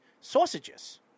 sausages